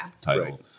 title